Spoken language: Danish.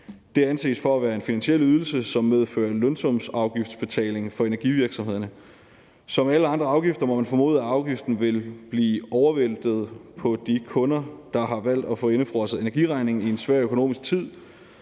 Det anses for at være en finansiel ydelse, som medfører en lønsumsafgiftsbetaling for energivirksomhederne. Man må formode, at afgiften ligesom alle andre afgifter vil blive overvæltet på de kunder, der har valgt at få indefrosset energiregningen i en svær økonomisk tid.